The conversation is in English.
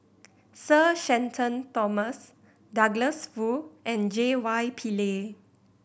Sir Shenton Thomas Douglas Foo and J Y Pillay